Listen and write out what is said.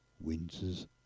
winter's